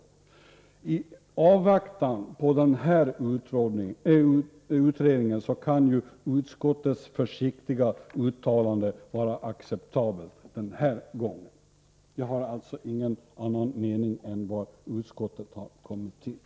I avvaktan på den här utredningen kan utskottets försiktiga uttalande vara acceptabelt den här gången. Jag har alltså ingen annan mening än utskottsmajoritetens.